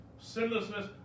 Sinlessness